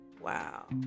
wow